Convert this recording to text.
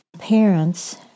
Parents